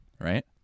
right